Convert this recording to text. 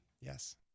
yes